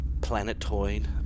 planetoid